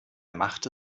machte